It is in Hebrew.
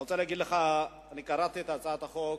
אני רוצה להגיד לך, קראתי את הצעת החוק,